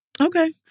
okay